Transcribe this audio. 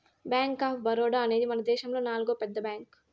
bank of Baroda అనేది మనదేశములో నాల్గో పెద్ద బ్యాంక్